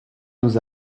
nous